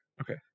Okay